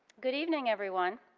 good evening everyone,